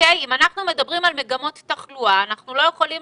אם אנחנו מדברים על מגמות תחלואה אנחנו לא יכולים